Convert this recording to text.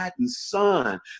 son